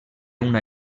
una